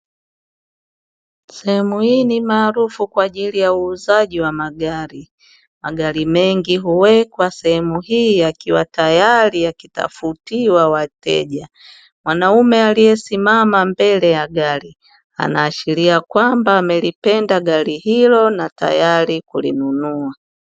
Sehemu hii ni maarufu kwa ajili ya uuzaji wa magari. Magari mengi huwekwa sehemu hii yakiwa tayari yakitafutiwa wateja. Mwanaume aliyesimama mbele ya gari anaashiria kwamba amelipenda gari hilo na tayari kulinunua.